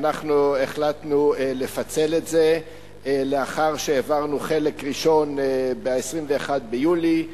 אנחנו החלטנו לפצל את זה לאחר שהעברנו חלק ראשון ב-21 ביולי,